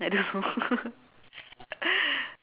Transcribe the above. I don't know